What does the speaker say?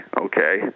okay